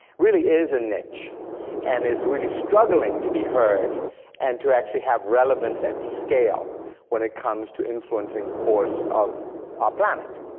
really is a niche and is really struggling to be heard and to actually have relevance at scale when it comes to influencing the course of our planet.